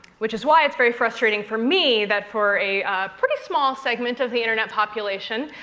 which is why it's very frustrating for me that for a pretty small segment of the internet population,